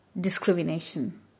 discrimination